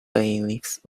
bailiffs